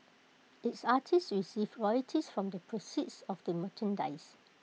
its artists receive royalties from the proceeds of the merchandise